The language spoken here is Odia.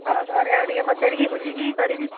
ହଁ ଘରେ ଆଉ ଟିକିଏ ପଚାରିକି ବୁଝିକି କରିବି